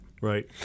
Right